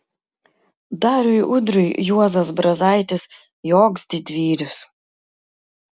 dariui udriui juozas brazaitis joks didvyris